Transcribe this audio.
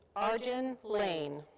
ardjen lane.